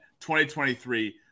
2023